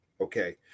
Okay